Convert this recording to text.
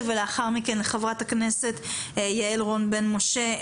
ולאחר מכן לחברת הכנסת יעל רון בן משה,